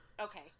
okay